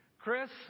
Chris